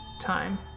time